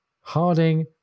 Harding